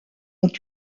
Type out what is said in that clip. ont